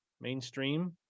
Mainstream